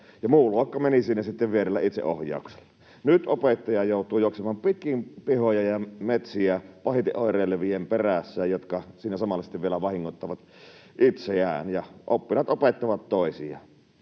ja muu luokka meni siinä sitten vierellä itseohjauksella. Nyt opettaja joutuu juoksemaan pitkin pihoja ja metsiä pahiten oireilevien perässä, jotka siinä samalla sitten vielä vahingoittavat itseään, ja oppilaat opettavat toisiaan.